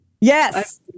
Yes